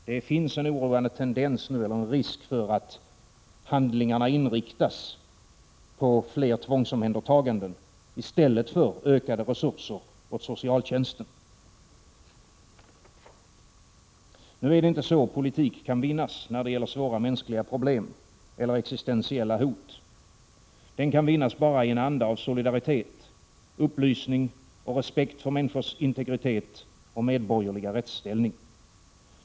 Det finns en oroande risk för att handlingarna inriktas på fler tvångsomhändertaganden i stället för på en ökning av resurserna inom socialtjänsten. Nu är det inte så politik kan vinnas när det gäller svåra mänskliga problem eller existentiella hot. Den kan vinnas bara i en anda av solidaritet, upplysning och respekt för människors integritet och medborgerliga rättsställning.